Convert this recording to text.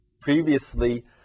previously